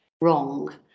wrong